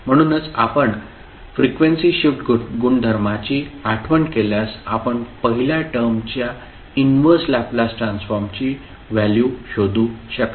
म्हणूनच आपण frequency shift गुणधर्माची आठवण केल्यास आपण पहिल्या टर्मच्या इनव्हर्स लॅपलास ट्रान्सफॉर्मची व्हॅल्यू शोधू शकता